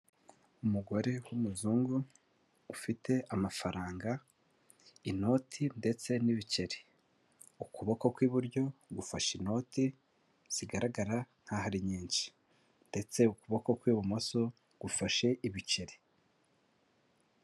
Umugore w'umuzungu ufite amafaranga inoti ndetse n'ibiceri, ukuboko kw'iburyo gufashe inoti zigaragara nkaho ari nyinshi, ndetse ukuboko kw'ibumoso gufashe ibiceri.